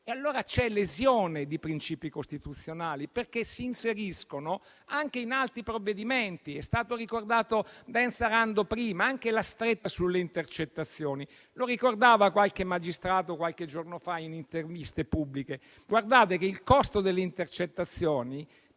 quindi una lesione di principi costituzionali, perché si inseriscono anche in altri provvedimenti. È stata ricordata da Enza Rando prima anche la stretta sulle intercettazioni: come ricordava qualche magistrato qualche giorno fa in interviste pubbliche, l'intercettazione,